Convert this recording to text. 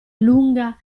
lunga